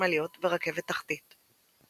חשמליות ורכבת תחתית.